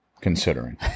considering